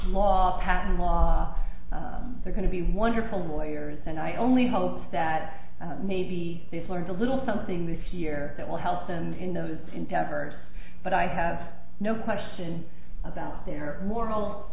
law patent law they're going to be wonderful lawyers and i only hope that maybe this learned a little something this year that will help them in those endeavors but i have no question about their moral